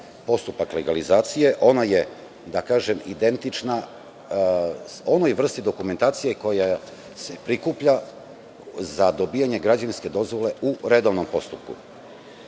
postupak legalizacije, ono je identična onoj vrsti dokumentacije koja se prikuplja za dobijanje građevinske dozvole u redovnom postupku,